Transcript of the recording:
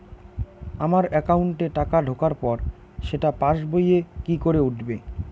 আমার একাউন্টে টাকা ঢোকার পর সেটা পাসবইয়ে কি করে উঠবে?